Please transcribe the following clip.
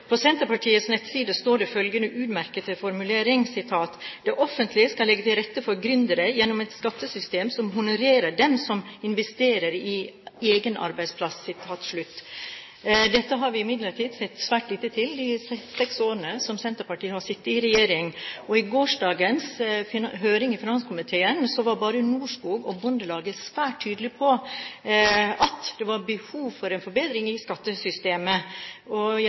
På Senterpartiets nettside står det følgende utmerkede formulering: «Det offentlige skal legge til rette for gründere gjennom et skattesystem som honorerer dem som investerer i egen arbeidsplass.» Dette har vi imidlertid sett svært lite til i de seks årene som Senterpartiet har sittet i regjering. I gårsdagens høring i finanskomiteen var både Norskog og Bondelaget svært tydelige på at det var behov for en forbedring i skattesystemet. Jeg